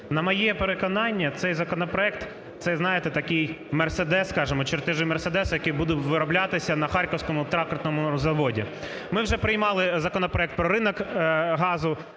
На моє переконання, цей законопроект – це, знаєте, такий "мерседес", скажімо, чертежи "мерседеса", який буде вироблятися на Харківському тракторному заводі. Ми вже приймали законопроект про ринок газу.